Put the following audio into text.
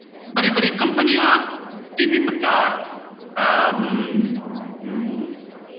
बड़ी बड़ी कंपनियाँ टी भी प्रचार